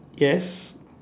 yes